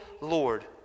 Lord